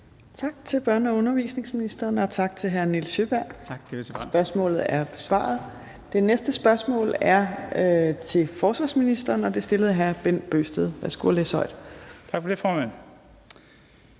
Tak til børne- og undervisningsministeren, og tak til hr. Nils Sjøberg. Spørgsmålet er besvaret. Det næste spørgsmål er til forsvarsministeren, og det er stillet af hr. Bent Bøgsted. Kl. 15:55 Spm. nr.